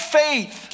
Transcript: faith